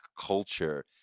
culture